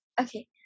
Okay